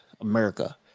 America